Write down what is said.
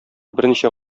берничә